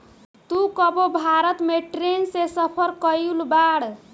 तू कबो भारत में ट्रैन से सफर कयिउल बाड़